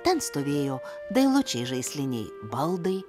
ten stovėjo dailučiai žaisliniai baldai